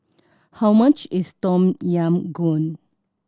how much is Tom Yam Goong